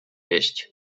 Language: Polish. jeść